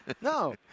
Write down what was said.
No